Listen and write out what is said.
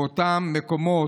באותם מקומות.